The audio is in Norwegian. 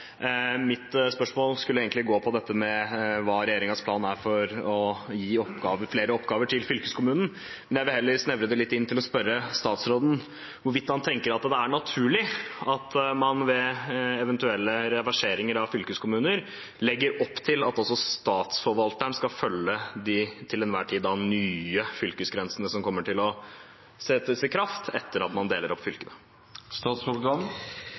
Mitt spørsmål skulle egentlig gå på dette med hva regjeringens plan er for å gi flere oppgaver til fylkeskommunen, men jeg vil heller snevre det litt inn til å spørre statsråden om hvorvidt han tenker at det er naturlig at man ved eventuelle reverseringer av sammenslåing av fylkeskommuner legger opp til at også Statsforvalteren skal følge de til enhver tid nye fylkesgrensene, som kommer til å settes i kraft etter at man deler opp